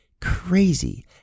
crazy